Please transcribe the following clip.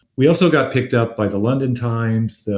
we also got picked up by the london times,